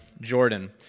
Jordan